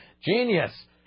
Genius